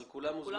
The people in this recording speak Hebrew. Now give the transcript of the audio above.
אבל כולם הוזמנו?